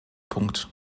punkt